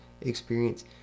experience